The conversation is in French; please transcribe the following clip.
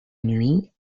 nuit